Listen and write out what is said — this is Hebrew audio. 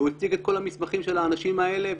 הוא הציג את כל המסמכים של האנשים האלה.